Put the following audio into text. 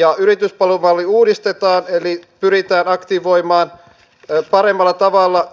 terveyden edistäminen ja sairauksien ennaltaehkäisy tuli oikein hyvin ministeri rehulan